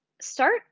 start